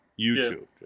YouTube